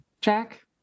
jack